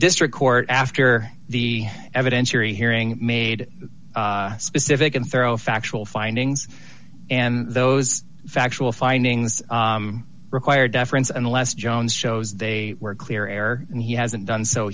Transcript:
district court after the evidentiary hearing made specific and throw factual findings and those factual findings require deference unless jones shows they were clear air and he hasn't done so